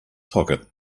pocket